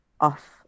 off